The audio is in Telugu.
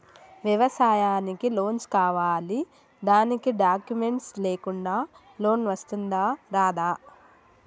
వ్యవసాయానికి లోన్స్ కావాలి దానికి డాక్యుమెంట్స్ లేకుండా లోన్ వస్తుందా రాదా?